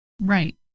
right